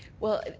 well,